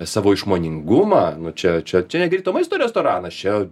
savo išmoningumą nu čia čia čia ne greito maisto restoranas čia